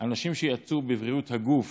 אנשים שיצאו בבריאות הגוף